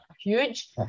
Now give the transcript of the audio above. huge